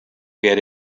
get